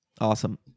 Awesome